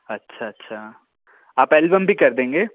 अच्छा अच्छा आप एल्बम भी कर देंगे